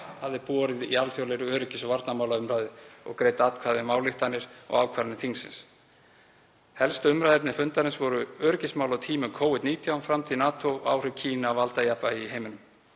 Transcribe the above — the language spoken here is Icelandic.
hafði borið í alþjóðlegri öryggis- og varnarmálaumræðu og greidd atkvæði um ályktanir og ákvarðanir þingsins. Helstu umræðuefni fundarins voru öryggismál á tímum Covid-19, framtíð NATO og áhrif Kína á valdajafnvægi í heiminum.